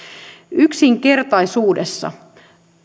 yksinkertaisuudessaan